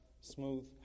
smooth